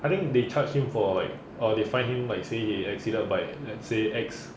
I think they charged him for like or they fine him like say he exceeded by let's say X